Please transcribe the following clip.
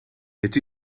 het